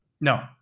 No